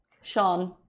Sean